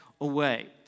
away